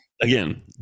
Again